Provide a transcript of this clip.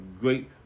great